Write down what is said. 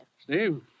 Steve